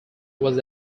was